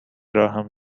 راهم